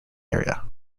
area